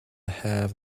have